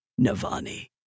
Navani